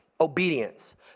Obedience